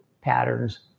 patterns